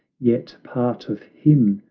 yet part of him,